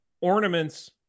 Ornaments